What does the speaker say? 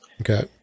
Okay